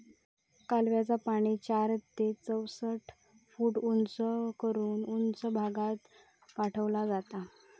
कालव्याचा पाणी चार ते चौसष्ट फूट उंच करून उंच भागात पाठवला जाता